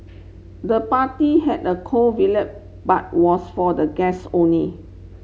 the party had a cool but was for the guests only